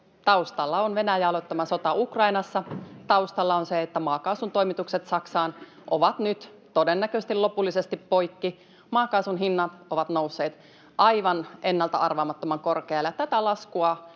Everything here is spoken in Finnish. Taustalla on Venäjän aloittama sota Ukrainassa, taustalla on se, että maakaasun toimitukset Saksaan ovat nyt todennäköisesti lopullisesti poikki. Maakaasun hinnat ovat nousseet aivan ennalta-arvaamattoman korkealle, ja tätä laskua